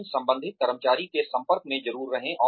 लेकिन संबंधित कर्मचारी के संपर्क में ज़रूर रहें